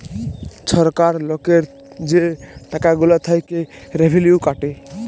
ছরকার লকের যে টাকা গুলা থ্যাইকে রেভিলিউ কাটে